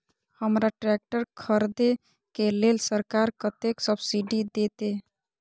हमरा ट्रैक्टर खरदे के लेल सरकार कतेक सब्सीडी देते?